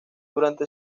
durante